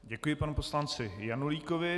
Děkuji panu poslanci Janulíkovi.